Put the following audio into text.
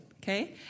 Okay